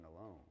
alone